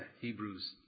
Hebrews